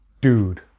Dude